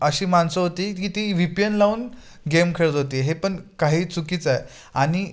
अशी माणसं होती की ती वि पी एन लावून गेम खेळत होती हे पण काही चुकीचं आहे आणि